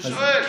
אני שואל.